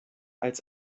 als